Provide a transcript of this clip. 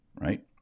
Right